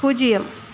பூஜ்யம்